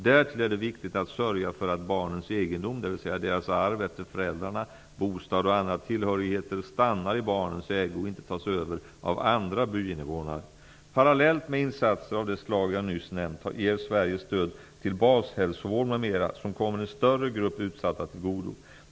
Därtill är det viktigt att sörja för att barnens egendom, dvs. deras arv efter föräldrarna, bostad och andra tillhörigheter stannar i barnens ägo och inte tas över av andra byinnevånare. Parallellt med insatser av det slag jag nyss nämnt ger Sverige stöd till bashälsovård m.m. som kommer en större grupp utsatta till godo.